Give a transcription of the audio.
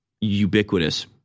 ubiquitous